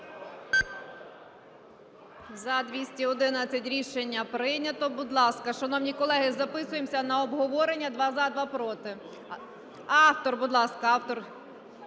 За-211 Рішення прийнято. Будь ласка, шановні колеги, записуємося на обговорення: два – за, два – проти. Автор, будь ласка.